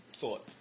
thought